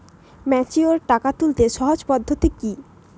Mature টাকা তুলতে সহজ পদ্ধতি কি?